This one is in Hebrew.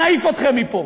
נעיף אתכם מפה.